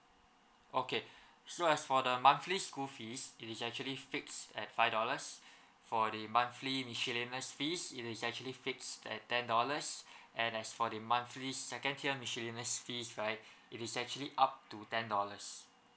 okay so I as for the monthly school fees it is actually fix at five dollars for the monthly miscellaneous as fees in is actually fixed at ten dollars and as for the monthly second tier miscellaneous fees right it is actually up to ten dollars